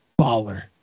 baller